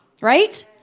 right